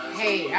hey